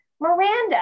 Miranda